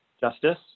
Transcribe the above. justice